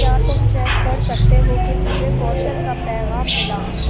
کیا تم چیک کر سکتے ہو کہ مجھے کوشل کا پیغام ملا